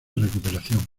recuperación